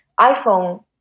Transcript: iPhone